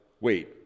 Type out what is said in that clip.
wait